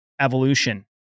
evolution